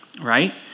right